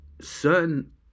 certain